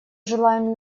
желаем